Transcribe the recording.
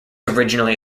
originally